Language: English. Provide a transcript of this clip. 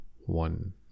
one